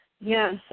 yes